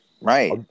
Right